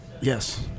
Yes